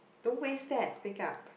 don't waste that wake up